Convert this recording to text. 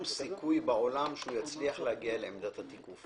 סיכוי בעולם שנוסע יצליח להגיע לעמדת התיקוף,